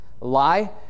lie